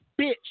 bitch